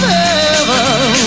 heaven